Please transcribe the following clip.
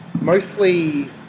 mostly